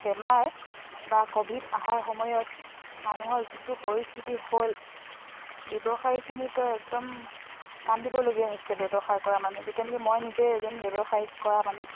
বেমাৰ বা ক'ভিড অহাৰ সময়ত মানুহৰ যিটো পৰিস্থিতি হ'ল ব্যৱসায়ীখিনিতো একদম কান্দিবলগীয়া হৈছিলে ব্যৱসায় কৰা মানুহ যেতিয়া নেকি মই নিজে এজন ব্যৱসায়িক কৰা মানুহ